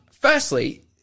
Firstly